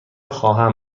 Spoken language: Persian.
خواهم